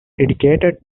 dedicated